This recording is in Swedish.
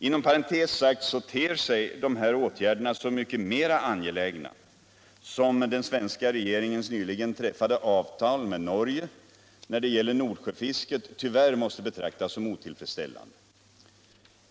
Inom parentes sagt ter sig de här åtgärderna så mycket mera angelägna som den svenska regeringens nyligen träffade avtal med Norge när det gäller Nordsjöfisket tyvärr måste betraktas som otillfredsställande.